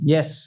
Yes